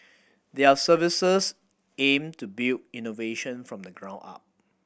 their services aim to build innovation from the ground up